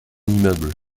immeuble